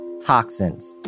Toxins